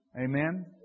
Amen